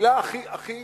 המלה הכי